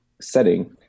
setting